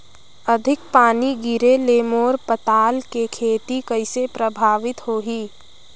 अधिक पानी गिरे ले मोर पताल के खेती कइसे प्रभावित होही?